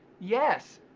yes,